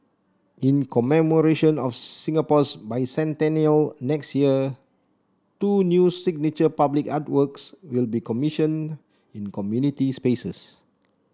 in commemoration of Singapore's Bicentennial next year two new signature public artworks will be commissioned in community spaces